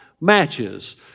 matches